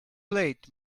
late